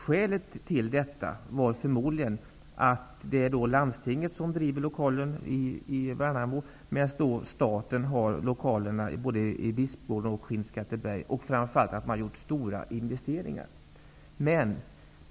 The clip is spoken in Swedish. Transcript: Skälet var förmodligen att Landstinget driver lokalen i Värnamo, medan staten driver lokalerna både i Bispgården och i Skinnskatteberg. Framför allt har det även gjorts stora investeringar där.